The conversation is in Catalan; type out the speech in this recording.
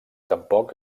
tampoc